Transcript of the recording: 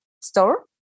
store